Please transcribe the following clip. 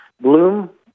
bloom